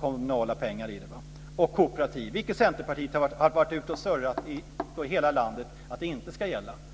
kommunala pengar i dem och kooperativ, vilket Centerpartiet har varit ute och surrat i hela landet om att det inte ska gälla.